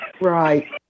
Right